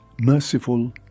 merciful